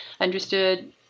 understood